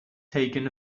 taking